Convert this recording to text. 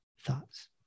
thoughts